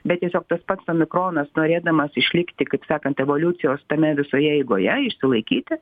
bet tiesiog tas pats omikronas norėdamas išlikti kaip sekant evoliucijos tame visoje eigoje išsilaikyti